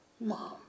Mom